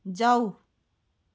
जाऊ